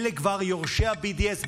אלה כבר יורשי ה-BDS,